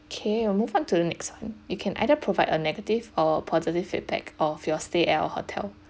okay we'll move on to the next you can either provide a negative or positive feedback of your stay at our hotel